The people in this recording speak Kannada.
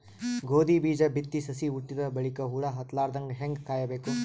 ಗೋಧಿ ಬೀಜ ಬಿತ್ತಿ ಸಸಿ ಹುಟ್ಟಿದ ಬಲಿಕ ಹುಳ ಹತ್ತಲಾರದಂಗ ಹೇಂಗ ಕಾಯಬೇಕು?